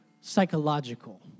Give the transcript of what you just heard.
psychological